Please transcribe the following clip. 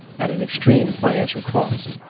at an extreme financial cost.